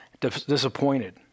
disappointed